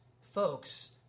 folks